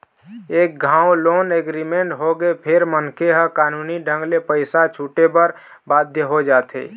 एक घांव loan agreement होगे फेर मनखे ह कानूनी ढंग ले पइसा छूटे बर बाध्य हो जाथे